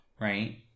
right